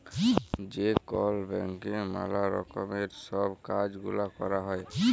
যে কল ব্যাংকে ম্যালা রকমের সব কাজ গুলা ক্যরা হ্যয়